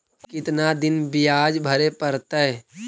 कितना दिन बियाज भरे परतैय?